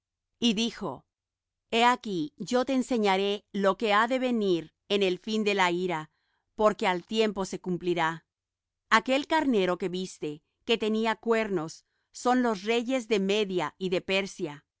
y dijo he aquí yo te enseñaré lo ha de venir en el fin de la ira porque al tiempo se cumplirá aquel carnero que viste que tenía cuernos son los reyes de media y de persia